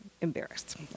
embarrassed